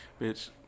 bitch